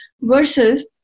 versus